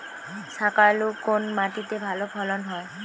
শাকালু কোন মাটিতে ভালো ফলন হয়?